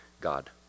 God